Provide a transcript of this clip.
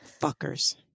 Fuckers